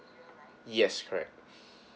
yes correct